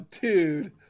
dude